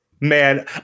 Man